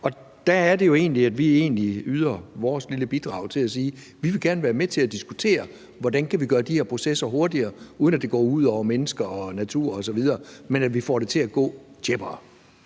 Og der er det jo egentlig, at vi yder vores lille bidrag ved at sige, at vi gerne vil være med til at diskutere, hvordan vi kan gøre de her processer hurtigere, uden at det går ud over mennesker og natur osv., men så vi får det til at gå mere